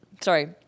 sorry